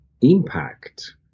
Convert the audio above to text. impact